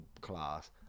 class